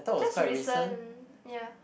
just recent ya